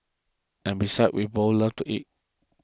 and besides we both love to eat